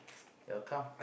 your account